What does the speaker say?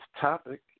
topic